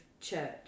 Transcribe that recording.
church